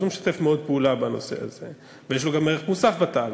אז הוא מאוד משתף פעולה בנושא הזה ויש לו גם ערך מוסף בתהליך.